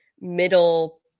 middle